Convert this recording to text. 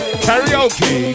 Karaoke